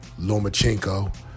Lomachenko